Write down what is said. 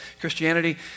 Christianity